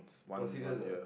oh serious [aj]